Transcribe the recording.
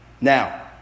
Now